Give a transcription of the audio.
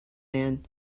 man